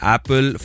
Apple